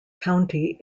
county